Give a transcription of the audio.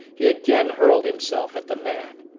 he again hurled himself at the man.